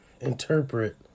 interpret